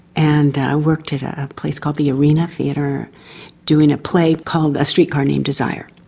and i worked at a place called the arena theatre doing a play called a streetcar named desire,